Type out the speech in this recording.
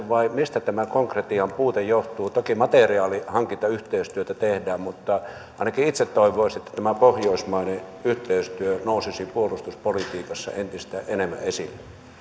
vai mistä tämä konkretian puute johtuu toki materiaalihankintayhteistyötä tehdään mutta ainakin itse toivoisi että tämä pohjoismainen yhteistyö nousisi puolustuspolitiikassa entistä enemmän esille